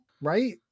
right